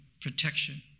protection